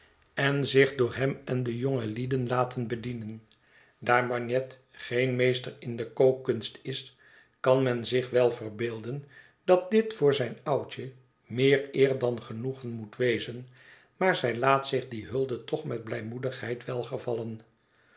en zich door hem en de jongelieden laten bedienen daar bagnet geen meester in de kookkunst is kan men zich wel verbeelden dat dit voor zijn oudje meer eer dan genoegen moet wezen maar zij laat zich die hulde toch met blijmoedigheid welgevallen